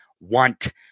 want